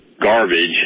garbage